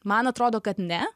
man atrodo kad ne